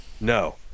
No